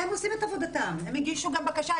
הם עושים את עבודתם, הם הגישו בקשה.